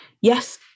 Yes